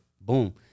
boom